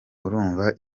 urumva